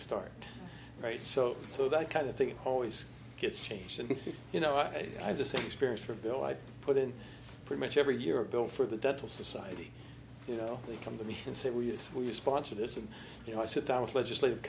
start right so so that kind of thing always gets changed and you know i just experience for bill i put in pretty much every year a bill for the dental society you know they come to me and say well yes we sponsor this and you know i sit down with legislative